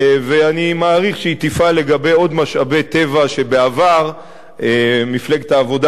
ואני מעריך שהיא תפעל לגבי עוד משאבי טבע שבעבר מפלגת העבודה